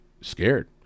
scared